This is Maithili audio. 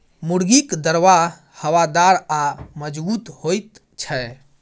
मुर्गीक दरबा हवादार आ मजगूत होइत छै